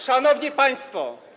Szanowni Państwo!